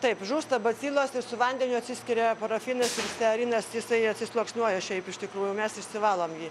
taip žūsta bacilos ir su vandeniu atsiskiria parafinas stearinas jisai atsisluoksniuoja šiaip iš tikrųjų mes išsivalom jį